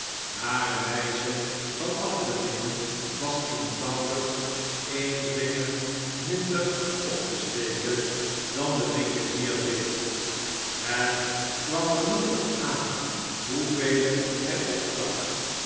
hare wyze van af te dingen was eenvoudig een vinger minder op te steken dan de winkelier deed het kwam er niet op aan hoevele hjj opstak